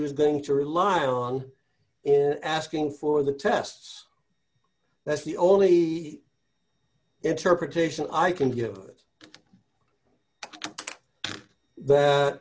was going to rely on in asking for the tests that's the only interpretation i can give that